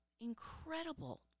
incredible